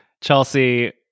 Chelsea